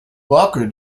walker